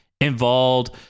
involved